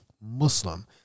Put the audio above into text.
Muslim